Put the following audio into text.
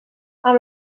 amb